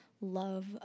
love